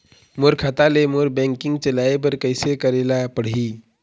मोर खाता ले मोर बैंकिंग चलाए बर कइसे करेला पढ़ही?